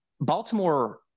Baltimore